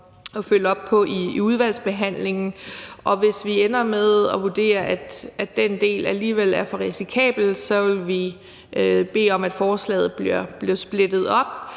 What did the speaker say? at følge op på i udvalgsbehandlingen. Og hvis vi ender med at vurdere, at den del alligevel er for risikabel, så vil vi bede om, at forslaget bliver splittet op,